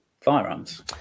firearms